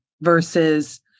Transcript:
versus